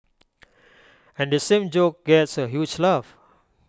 and the same joke gets A huge laugh